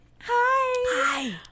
Hi